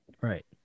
right